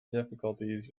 difficulties